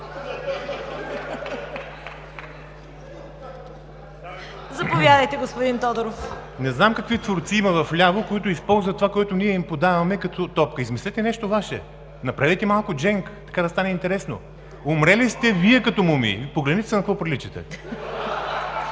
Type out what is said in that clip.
Заповядайте, господин Тодоров. АНТОН ТОДОРОВ (ГЕРБ): Не знам какви творци има вляво, които използват това, което ние им подаваме като топка. Измислете нещо Ваше! Направете малко „дженг“ така, да стане интересно. Умрели сте Вие като мумии. Погледнете се на какво приличате!